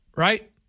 Right